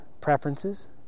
preferences